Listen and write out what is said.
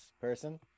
person